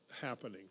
happening